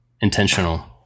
intentional